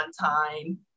time